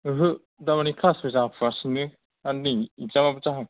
ओहो दामानि क्लासबो जाफुगासिनो आर नै इग्जामाबो जाहां